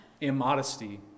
immodesty